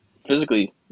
physically